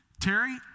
Terry